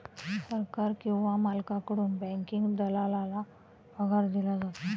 सरकार किंवा मालकाकडून बँकिंग दलालाला पगार दिला जातो